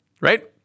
Right